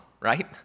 right